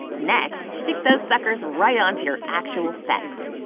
next, stick those suckers right onto your actual specs.